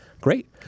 Great